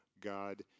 God